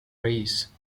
race